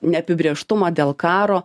neapibrėžtumą dėl karo